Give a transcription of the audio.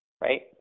right